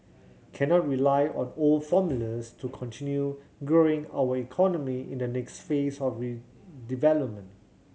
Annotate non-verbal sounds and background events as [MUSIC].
cannot rely on old formulas to continue growing our economy in the next phase of [UNINTELLIGIBLE] development